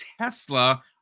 Tesla